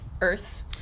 earth